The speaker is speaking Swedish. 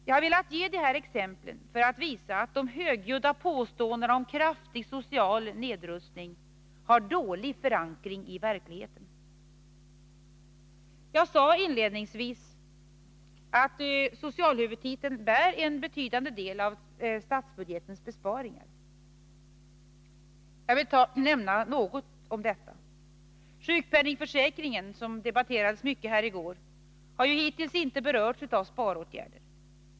Jag har velat ge dessa exempel för att visa att de högljudda påståendena om kraftig social nedrustning har dålig förankring i verkligheten. Som jag sade inledningsvis bär socialhuvudtiteln en betydande del av statsbudgetens besparingar. Jag vill nämna något om detta. Sjukpenningförsäkringen, som debatterades mycket här i går, har hittills inte berörts av sparåtgärder.